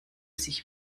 sich